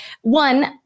one